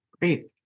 Great